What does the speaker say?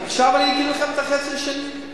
עכשיו אני אגיד לכם את החצי השני.